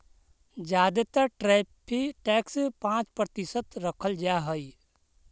जादे तर tariff tax पाँच प्रतिशत रखल जा हई